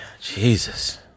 Jesus